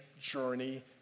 journey